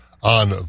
on